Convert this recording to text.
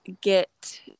get